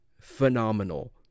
phenomenal